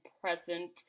present